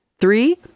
Three